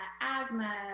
asthma